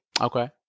Okay